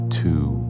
two